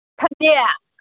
Thursday